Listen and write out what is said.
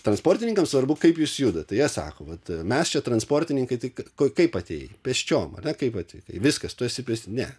transportininkams svarbu kaip jūs judat jie sako vat mes čia transportininkai tai kaip atėjai pėsčiom ar ne kaip atvykai viskas tu esi ne